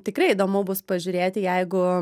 tikrai įdomu bus pažiūrėti jeigu